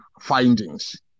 findings